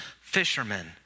fishermen